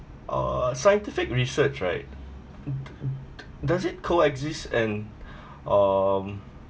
uh scientific research right does it coexist and um